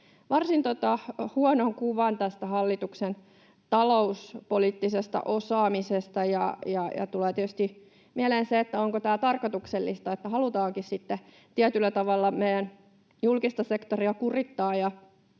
varsin huonon kuvan tästä hallituksen talouspoliittisesta osaamisesta, ja tulee tietysti mieleen, onko tämä tarkoituksellista, että halutaankin sitten tietyllä tavalla meidän julkista sektoria kurittaa